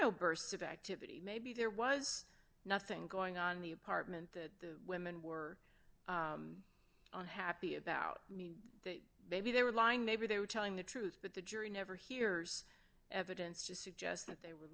no bursts of activity maybe there was nothing going on the apartment the women were unhappy about me that maybe they were lying maybe they were telling the truth but the jury never hears evidence to suggest that they were